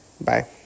bye